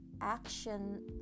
action